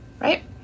right